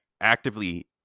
actively